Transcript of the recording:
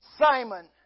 Simon